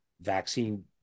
Vaccine